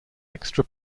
extra